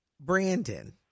Brandon